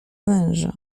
męża